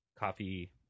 coffee